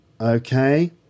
Okay